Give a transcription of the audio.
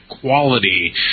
quality